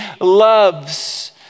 loves